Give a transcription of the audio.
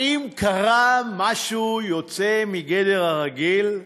האם קרה משהו יוצא מגדר הרגיל?